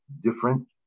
different